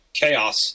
chaos